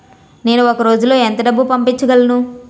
నేను ఒక రోజులో ఎంత డబ్బు పంపించగలను?